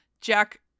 Jack